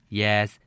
yes